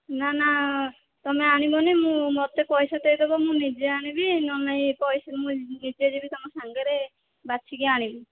ନା ନା ତୁମେ ଆଣିବନି ମୁଁ ମୋତେ ପଇସା ଦେଇଦେବ ମୁଁ ନିଜେ ଆଣିବି ନହେଲେ ମୁଁ ନିଜେ ଯିବି ତୁମ ସାଙ୍ଗରେ ବାଛିକି ଆଣିବି